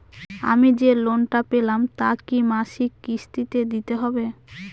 আমি যে লোন টা পেলাম তা কি মাসিক কিস্তি তে দিতে হবে?